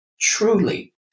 truly